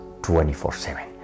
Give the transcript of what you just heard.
24-7